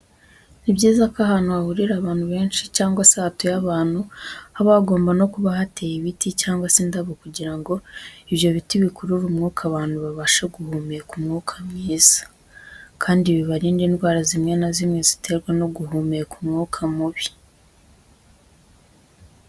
Ni byiza ko ahantu hahurira abantu benshi cyangwa se hatuye abantu haba hagomba no kuba hateye ibiti cyangwa se indabo kugira ngo ibyo biti bikurure umwuka abantu babashe guhumeka umwuka mwiza, kandi bibarinde indwara zimwe na zimwe ziterwa no guhumeka umwuka mubi.